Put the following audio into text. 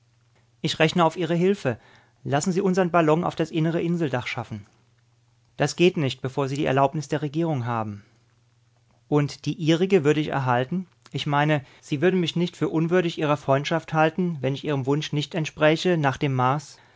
ich rechne auf ihre hilfe lassen sie unsern ballon auf das innere inseldach schaffen das geht nicht bevor sie die erlaubnis der regierung haben und die ihrige würde ich erhalten ich meine sie würden mich nicht für unwürdig ihrer freundschaft halten wenn ich ihrem wunsch nicht entspräche nach dem mars